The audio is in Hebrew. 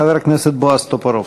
חבר הכנסת בועז טופורובסקי.